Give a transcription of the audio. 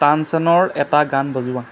তানসেনৰ এটা গান বজোৱা